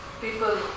People